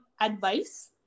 advice